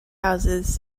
houses